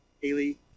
Haley